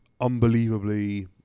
Unbelievably